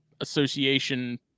association